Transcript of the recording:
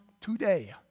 today